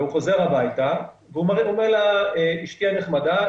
הוא חוזר הביתה ואומר לה: אשתי הנחמדה,